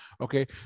Okay